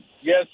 Yes